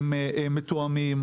מתואמים.